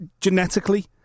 genetically